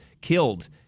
killed